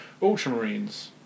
Ultramarines